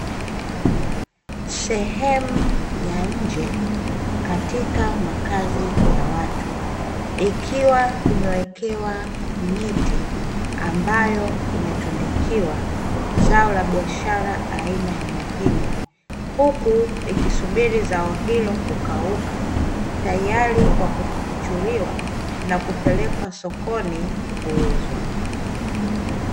Sehemu ya nje katika makazi ya watu ikiwa imewekewa miti ambayo imetundikiwa zao la biashara aina ya mahindi, huku ikisubiri zao hilo kukauka tayari kwa kupukuchuliwa na kupelekwa sokoni kwa ajili ya kuuza.